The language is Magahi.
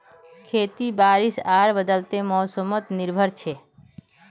खेती बारिश आर बदलते मोसमोत निर्भर छे